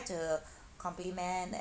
to compliment